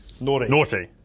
naughty